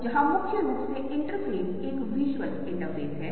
यहाँ रेखीय परिप्रेक्ष्य का उदाहरण दिया जा रहा है